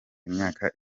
imyaka